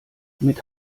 mit